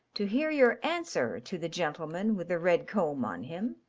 to hear your answer to the gentleman with the red comb on him.